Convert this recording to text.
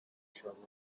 struggle